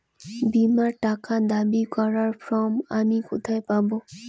বীমার টাকা দাবি করার ফর্ম আমি কোথায় পাব?